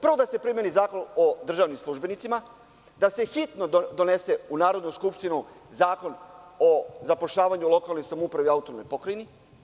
Prvo da se primeni Zakon o državnim službenicima, da se hitno donese u Narodnu skupštinu zakon o zapošljavanju u lokalnoj samoupravi i autonomnoj pokrajini.